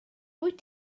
wyt